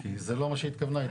כי זה לא מה שהיא התכוונה,